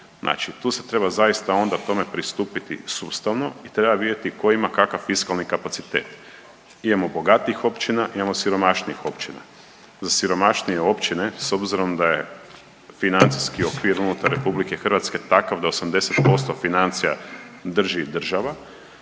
Znači tu se treba zaista onda tome pristupit sustavno i treba vidjeti tko ima kakav fiskalni kapacitet. Imamo bogatijih općina, imamo siromašnijih općina. Za siromašnije općine s obzirom da je financijski okvir unutar Republike Hrvatske takav da 80% financija drži država.